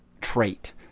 trait